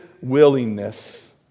willingness